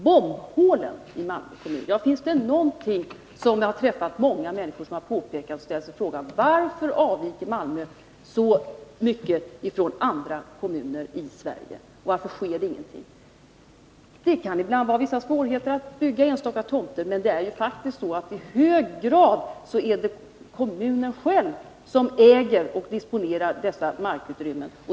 När det gäller bombhålen i Malmö kommun så har jag träffat många människor som ställt frågan: Varför avviker Malmö så mycket från andra kommuner i landet och varför sker det ingenting? Det kan ibland vara vissa svårigheter att bygga på enstaka tomter, men det är faktiskt så att det i hög grad är kommunen själv som äger och disponerar dessa markutrymmen.